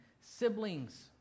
siblings